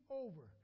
over